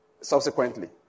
subsequently